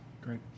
Great